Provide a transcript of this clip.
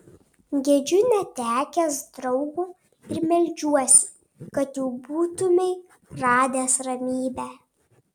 gedžiu netekęs draugo ir meldžiuosi kad jau būtumei radęs ramybę